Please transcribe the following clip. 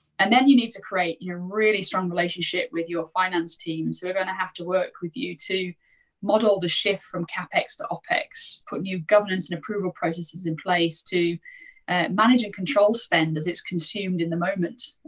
and then you need to create your really strong relationship with your finance teams who are gonna have to work with you to model the shift from capex to opex, put new governance and approval processes in place to and manage and control spend as it's consumed in the moment.